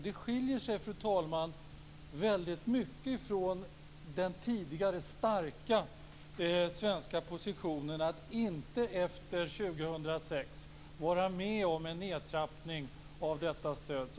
Det skiljer sig, fru talman, väldigt mycket från den tidigare starka svenska positionen att inte vara med om en nedtrappning av detta stöd efter 2006.